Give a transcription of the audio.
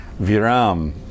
viram